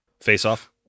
face-off